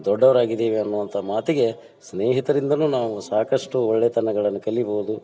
ದೊಡ್ಡವರಾಗಿದ್ದೀವಿ ಅನ್ನುವಂಥ ಮಾತಿಗೆ ಸ್ನೇಹಿತರಿಂದಲೂ ನಾವು ಸಾಕಷ್ಟು ಒಳ್ಳೆತನಗಳನ್ನು ಕಲಿಬೋದು